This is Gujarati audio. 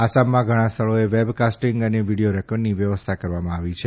આસામમાં ઘણા સ્થળોએ વેબ કાસ્ટીંગ અને વિડીયો રેકોત્ડગની વ્યવસ્થા કરવામાં આવી છે